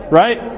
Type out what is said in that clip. right